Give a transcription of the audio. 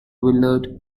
willard